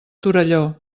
torelló